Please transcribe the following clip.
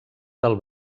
del